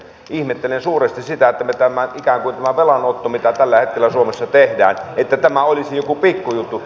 ihmettelen suuresti sitä että ikään kuin tämä velanotto mitä tällä hetkellä suomessa tehdään olisi joku pikku juttu